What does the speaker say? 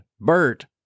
Bert